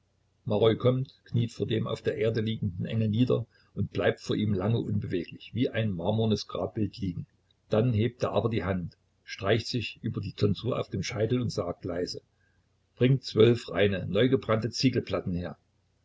maroi kommt kniet vor dem auf der erde liegenden engel nieder und bleibt vor ihm lange unbeweglich wie ein marmornes grabbild liegen dann hebt er aber die hand streicht sich über die tonsur auf dem scheitel und sagt leise bringt zwölf reine neugebrannte ziegelplatten her